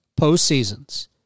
postseasons